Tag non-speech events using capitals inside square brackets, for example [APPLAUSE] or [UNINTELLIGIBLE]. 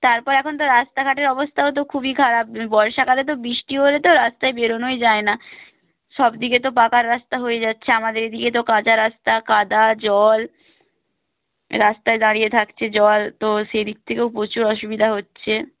তারপর এখন তো রাস্তাঘাটের অবস্থাও তো খুবই খারাপ [UNINTELLIGIBLE] বর্ষাকালে তো বৃষ্টি হলে তো রাস্তায় বেরোনোই যায় না সবদিকে তো পাকা রাস্তা হয়ে যাচ্ছে আমাদের এদিকে তো কাঁচা রাস্তা কাদা জল রাস্তায় দাঁড়িয়ে থাকছে জল তো সেদিক থেকেও প্রচুর অসুবিধা হচ্ছে